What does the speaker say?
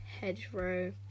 hedgerow